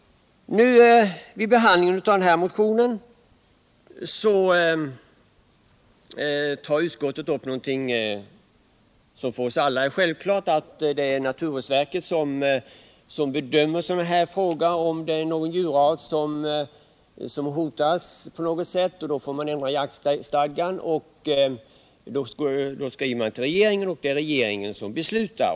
Vid behandlingen av denna motion tar utskottet upp en för oss alla självklar sak, nämligen att det är naturvårdsverket som har att bedöma om någon djurart hotas på något sätt. I så fall får man skriva till regeringen och föreslå ändringar i jaktstadgan, eftersom det är regeringen som beslutar.